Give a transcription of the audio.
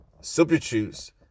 Substitutes